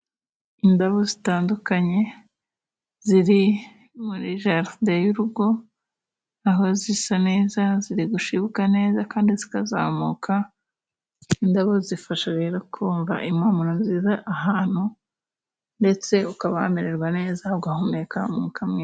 Indabo zitandukanye ziri muri jaride y'urugo, aho zisa neza, ziri gushibuka neza kandi zikazamuka. Indabo zifasha rero kumva impumuro nziza ahantu ndetse ukaba wamererwa neza, ugahumeka umwuka mwiza.